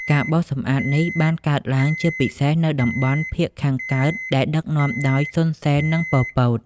ការបោសសម្អាតនេះបានកើតឡើងជាពិសេសនៅតំបន់ភាគខាងកើត ដែលដឹកនាំដោយ សុន សេន និង ប៉ុល ពត។